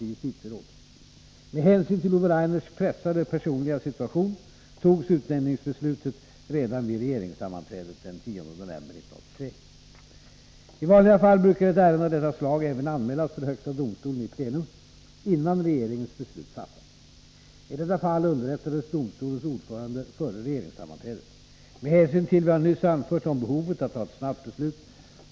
Det innebär också att särskilda krav måste ställas vid utnämning till justitieråd för att högsta domstolens auktoritet inte skall gå förlorad. Noggrannhet vid beredningen av sådana ärenden är särskilt betydelsefull.